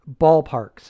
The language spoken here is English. ballparks